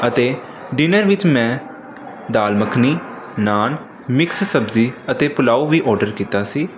ਅਤੇ ਡਿਨਰ ਵਿੱਚ ਮੈਂ ਦਾਲ ਮੱਖਣੀ ਨਾਨ ਮਿਕਸ ਸਬਜ਼ੀ ਅਤੇ ਪੁਲਾਓ ਵੀ ਔਡਰ ਕੀਤਾ ਸੀ